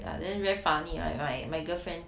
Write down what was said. ya then very funny ah right my girlfriend